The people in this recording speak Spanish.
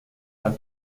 han